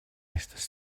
estas